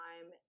time